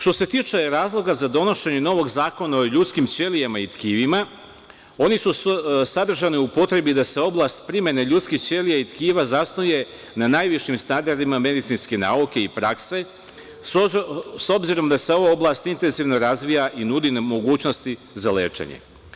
Što se tiče razloga za donošenje novog Zakona o ljudskim ćelijama i tkivima, oni su sadržani u potrebi da se oblast primene ljudskih ćelija i tkiva zasnuje na najvišim standardima medicinske nauke i prakse, s obzirom da se ova oblast intenzivno razvija i daje nam mogućnosti za lečenje.